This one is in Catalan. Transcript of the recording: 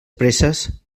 presses